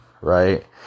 right